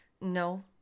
no